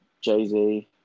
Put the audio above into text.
Jay-Z